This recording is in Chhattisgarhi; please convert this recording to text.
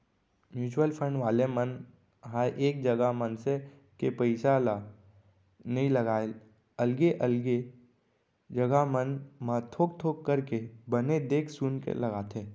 म्युचुअल फंड वाले मन ह एक जगा मनसे के पइसा ल नइ लगाय अलगे अलगे जघा मन म थोक थोक करके बने देख सुनके लगाथे